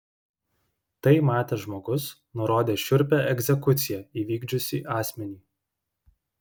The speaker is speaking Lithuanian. tai matęs žmogus nurodė šiurpią egzekuciją įvykdžiusį asmenį